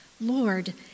Lord